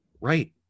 Right